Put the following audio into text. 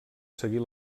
seguir